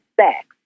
sex